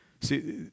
See